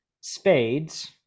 spades